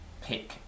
pick